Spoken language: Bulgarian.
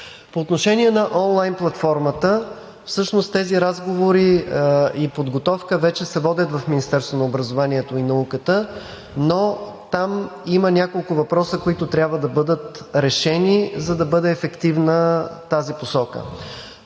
По отношение на онлайн платформата, всъщност тези разговори и подготовка вече се водят в Министерството на образованието и науката, но там има няколко въпроса, които трябва да бъдат решени, за да бъде ефективна тази посока.